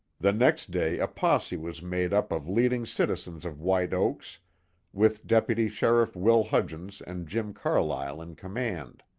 the next day a posse was made up of leading citizens of white oaks with deputy sheriff will hudgens and jim carlyle in command.